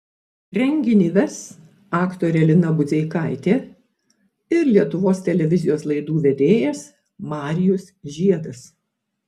renginį ves aktorė lina budzeikaitė ir lietuvos televizijos laidų vedėjas marijus žiedas